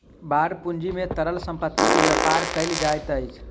bond पूंजी में तरल संपत्ति के व्यापार कयल जाइत अछि